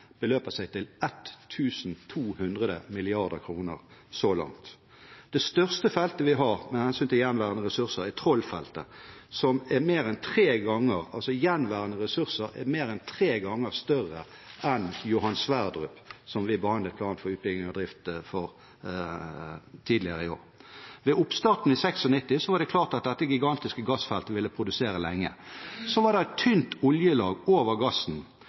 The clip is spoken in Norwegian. beløper seg til 1 200 mrd. kr. – så langt. Det største feltet vi har med hensyn til gjenværende ressurser, er Trollfeltet, der gjenværende ressurser er mer enn tre ganger større enn Johan Sverdrup, som vi behandlet Plan for utbygging og drift for tidligere i år. Ved oppstarten i 1996 var det klart at dette gigantiske gassfeltet ville produsere lenge. Så var det et tynt oljelag over gassen,